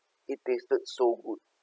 it tasted so good